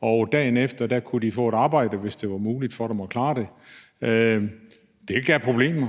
og dagen efter kunne de få et arbejde, hvis det var muligt for dem at klare det. Det gav problemer,